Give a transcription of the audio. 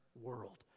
world